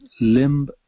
limb